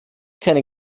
keinen